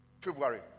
February